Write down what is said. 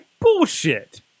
Bullshit